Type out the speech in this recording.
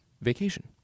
vacation